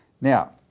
Now